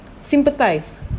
Sympathize